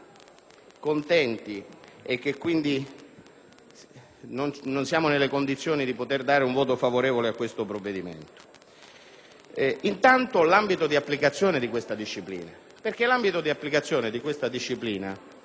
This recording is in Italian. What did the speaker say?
Intanto, l'ambito d'applicazione di questa disciplina